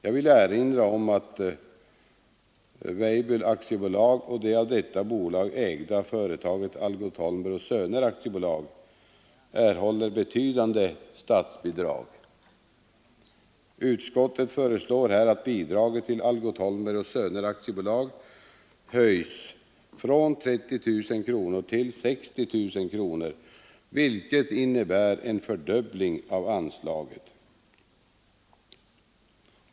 Jag vill erinra om att W. Weibull AB och det av detta bolag ägda företaget Algot Holmberg och Söner AB erhåller betydande statsbidrag. Utskottet föreslår här att bidraget till Algot Holmberg och Söner AB höjs från 30 000 till 60 000 kronor, således en fördubbling av anslaget.